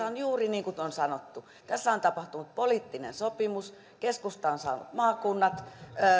on juuri niin kuin on sanottu tässä on tapahtunut poliittinen sopimus keskusta on saanut maakunnat